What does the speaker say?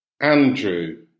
Andrew